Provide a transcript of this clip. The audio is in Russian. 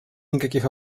никаких